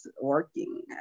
working